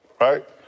right